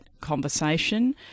conversation